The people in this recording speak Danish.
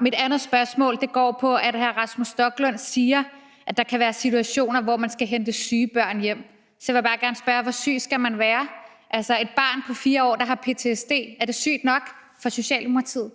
Mit andet spørgsmål går på, at hr. Rasmus Stoklund siger, at der kan være situationer, hvor man skal hente syge børn hjem. Så vil jeg bare gerne spørge: Hvor syg skal man være? Altså, er et barn på 4 år, der har ptsd, sygt nok for Socialdemokratiet?